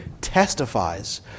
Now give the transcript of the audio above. testifies